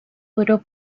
duro